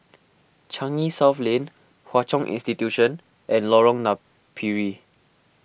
Changi South Lane Hwa Chong Institution and Lorong Napiri